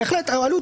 בהחלט הועלו טענות.